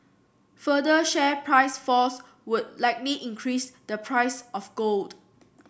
further share price falls would likely increase the price of gold